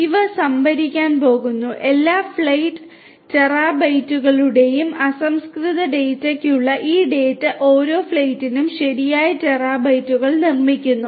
ഇവ സംഭരിക്കാൻ പോകുന്നു എല്ലാ ഫ്ലൈറ്റ് ടെറാബൈറ്റുകളുടെയും അസംസ്കൃത ഡാറ്റയ്ക്കുള്ള ഈ ഡാറ്റ ഓരോ ഫ്ലൈറ്റിനും ശരിയായ ടെറാബൈറ്റുകൾക്കും നിർമ്മിക്കുന്നു